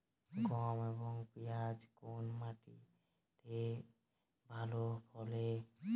গম এবং পিয়াজ কোন মাটি তে ভালো ফলে?